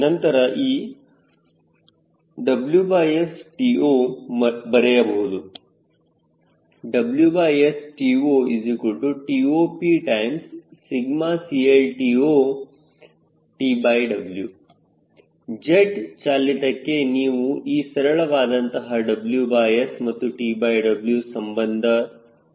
ನಂತರ ಈ WSTO ಮರೆಯಬಹುದು WSTOTOPCLTOTW ಜೆಟ್ ಚಾಲಿತಕೆನೀವು ಈ ಸರಳ ವಾದಂತಹ WS ಮತ್ತು TW ಸಂಬಂಧ ಸಂಬಂಧವನ್ನು ಗಮನಿಸಬಹುದು